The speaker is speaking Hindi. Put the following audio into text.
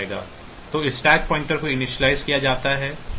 तो स्टैक पॉइंटर को इनिशियलाइज़ किया जाता है